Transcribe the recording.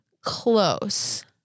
Close